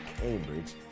Cambridge